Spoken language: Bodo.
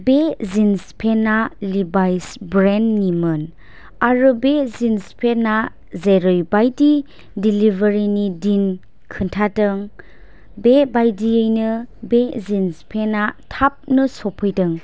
बे जिन्स पेन्ट आ लिभाइस ब्रेन्ड निमोन आरो बे जिन्स पेन्ट आ जेरैबायदि डिलिभारि नि दिन खिन्थादों बेबायदियैनो बे जिन्स पेन्ट आ थाबनो सफैदों